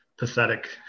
Pathetic